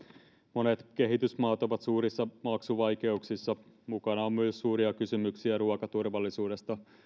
monet kehitysmaat ovat suurissa maksuvaikeuksissa mukana on myös suuria kysymyksiä ruokaturvallisuudesta